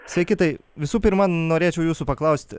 sveiki tai visų pirma norėčiau jūsų paklausti